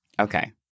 Okay